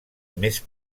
més